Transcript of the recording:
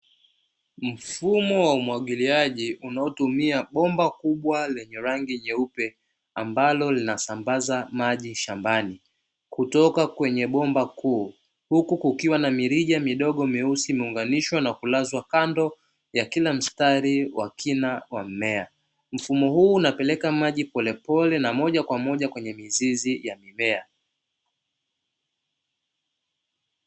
Mfumo wa umwagiliaji unaotumia bomba kubwa lenye rangi nyeupe ambalo linasambaza maji shambani, kutoka kwenye bomba kuu. Huku kukiwa na mirija midogo meusi imeunganishwa na kulazwa kando, wa kila mstari wa kila mmea. Mfumo huu unapeleka maji polepole na moja kwa moja kwenye mizizi ya mimea.